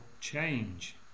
change